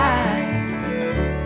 eyes